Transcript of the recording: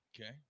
Okay